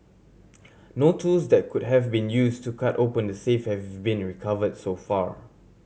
no tools that could have been use to cut open the safe have been recovered so far